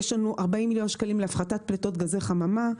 יש לנו 40 מיליון שקלים להפחתת פליטות גזי חממה.